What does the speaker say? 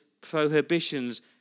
prohibitions